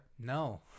No